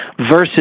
versus